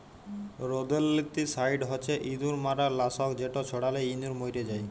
rodenticide হছে ইঁদুর মারার লাসক যেট ছড়ালে ইঁদুর মইরে যায়